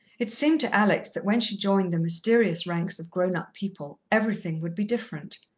it seemed to alex that when she joined the mysterious ranks of grown-up-people everything would be different.